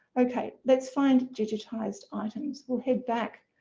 okay let's find digitized items we'll head back.